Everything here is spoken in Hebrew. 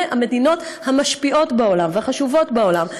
המדינות המשפיעות בעולם והחשובות בעולם.